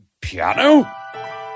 Piano